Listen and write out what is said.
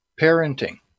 parenting